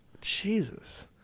Jesus